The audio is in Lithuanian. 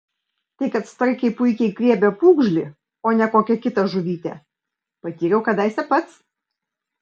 tai kad starkiai puikiai griebia pūgžlį o ne kokią kitą žuvytę patyriau kadaise pats